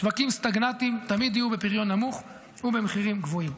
שווקים סטגנטיים תמיד יהיו בפריון נמוך ובמחירים גבוהים.